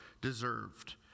deserved